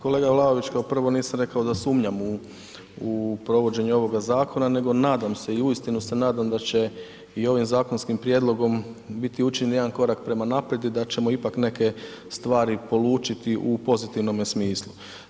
Kolega Vlaović, kao prvo nisam rekao da sumnjam u provođenje ovog zakona nego nadam se i u uistinu se nadam da će i ovim zakonskim prijedlogom biti učinjen jedan korak prema naprijed i da ćemo ipak neke stvari polučiti u pozitivnome smislu.